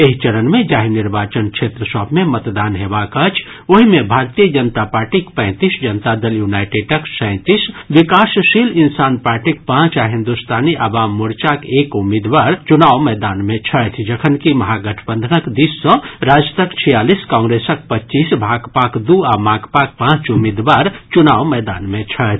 एहि चरण मे जाहि निर्वाचन क्षेत्र सभ मे मतदान हेबाक अछि ओहि मे भारतीय जनता पार्टीक पैंतीस जनता दल यूनाईटेडक सैंतीस विकासशील इंसान पार्टीक पांच आ हिन्दुस्तानी आवाम मोर्चाक एक उम्मीदवार चुनाव मैदान मे छथि जखनकि महागठबंधनक दिस सँ राजदक छियालीस कांग्रेसक पच्चीस भाकपाक दू आ माकपाक पांच उम्मीदवार चूनाव मैदान मे छथि